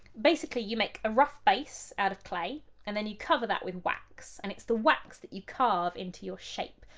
basically, you make a rough base out of clay, and then you cover that with wax, and it's the wax that you carve into your shape.